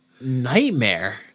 Nightmare